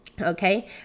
Okay